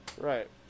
Right